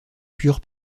pure